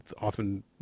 often